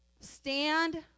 Stand